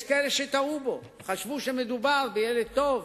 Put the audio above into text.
יש כאלה שטעו, חשבו שמדובר בילד טוב,